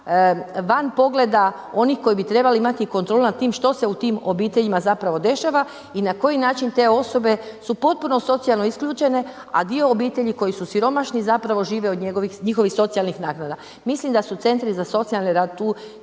van pogleda onih koji bi trebali imati kontrolu nad tim što se u tim obiteljima zapravo dešava i na koji način te osobe su potpuno socijalno isključene a dio obitelji koji su siromašni zapravo žive od njihovih socijalnih naknada. Mislim da su centri za socijalni rad tu